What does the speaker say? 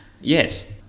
Yes